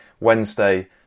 Wednesday